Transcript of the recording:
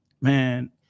man